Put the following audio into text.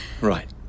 Right